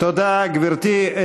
תודה, גברתי.